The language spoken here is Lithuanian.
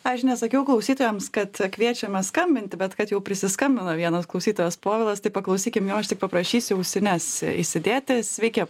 aš nesakiau klausytojams kad a kviečiame skambinti bet kad jau prisiskambino vienas klausytojas povilas tik paklausykim jo aš tik paprašysiu ausines įsidėti sveiki